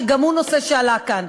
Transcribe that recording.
שגם הוא נושא שעלה כאן.